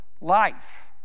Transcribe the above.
life